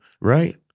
Right